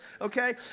Okay